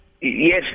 Yes